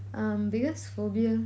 um biggest phobia